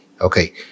okay